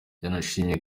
yanashimye